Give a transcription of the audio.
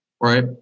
right